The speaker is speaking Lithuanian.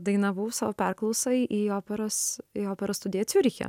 dainavau savo perklausai į operos į operos studiją ciuriche